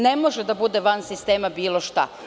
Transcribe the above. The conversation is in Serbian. Ne može da bude van sistema bilo šta.